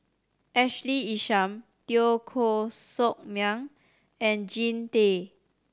Ashley Isham Teo Koh Sock Miang and Jean Tay